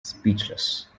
speechless